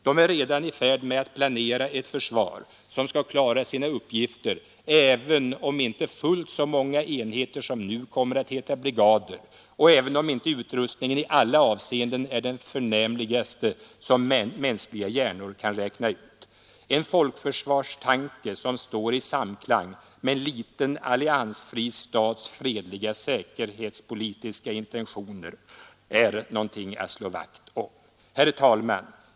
De är redan i färd med att planera ett försvar som skall klara sina uppgifter även om inte fullt så många enheter som nu kommer att heta brigader och även om inte utrustningen i alla avseenden är den förnämligaste som mänskliga hjärnor kan räkna fram. En folkförsvarstanke som står i samklang med en liten alliansfri stats fredligt säkerhetspolitiska intentioner är någonting att slå vakt om. Herr talman!